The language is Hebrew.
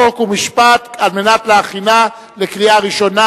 חוק ומשפט כדי להכינה לקריאה ראשונה.